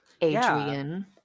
Adrian